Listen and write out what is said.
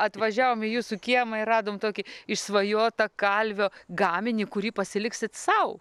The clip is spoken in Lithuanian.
atvažiavom į jūsų kiemą ir radom tokį išsvajotą kalvio gaminį kurį pasiliksit sau